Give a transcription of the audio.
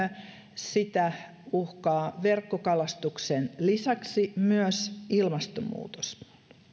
sitä uhkaa verkkokalastuksen lisäksi myös ilmastonmuutos